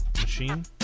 machine